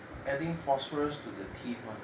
adding phosphorus to the teeth mah